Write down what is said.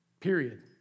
period